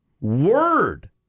word